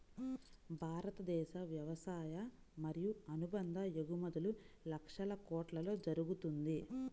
భారతదేశ వ్యవసాయ మరియు అనుబంధ ఎగుమతులు లక్షల కొట్లలో జరుగుతుంది